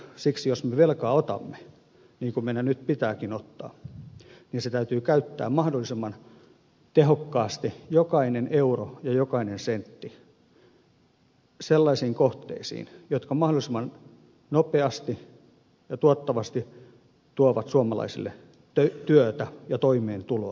siksi jos me velkaa otamme niin kuin meidän nyt pitääkin ottaa niin täytyy käyttää mahdollisimman tehokkaasti jokainen euro ja jokainen sentti sellaisiin kohteisiin jotka mahdollisimman nopeasti ja tuottavasti tuovat suomalaisille työtä ja toimeentuloa